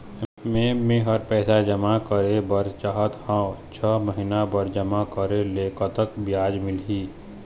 मे मेहर पैसा जमा करें बर चाहत हाव, छह महिना बर जमा करे ले कतक ब्याज मिलही?